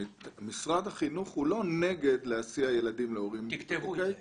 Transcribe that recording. משרד החינוך הוא לא נגד להסיע ילדים להורים --- תכתוב את זה,